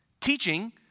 Teaching